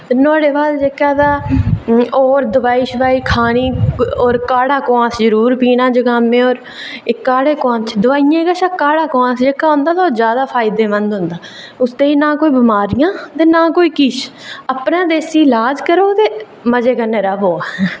ते नुहाड़े बाद तां होर जेह्का दोआई खानी होर काढ़ा सगुआं जरूर पीना जुकामें पर एह् काढ़ा दोआइयें कशा एह् काढ़ा जेह्का तां ओह् जैदा फायदेमंद होंदा उसदे नै ना कोई बमारियां ते ना कोई किश अपना देसी लाज करो ते मज़े कन्नै र'वो